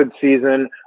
season